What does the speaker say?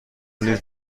نیز